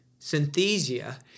Synthesia